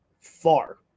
far